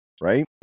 right